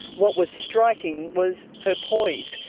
what was striking was her poise,